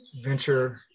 venture